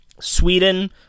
Sweden